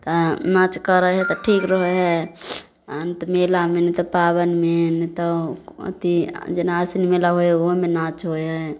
तऽ नाच करै हइ तऽ ठीक रहै हइ आ नहि तऽ मेलामे नहि तऽ पाबनिमे नहि तऽ अथि जेना आसिन मेला होइ हइ ओहोमे नाच होइ हइ